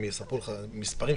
הם יספרו לך מספרים.